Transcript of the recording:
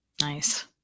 Nice